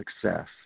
success